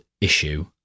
issue